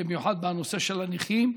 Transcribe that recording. במיוחד בנושא של הנכים,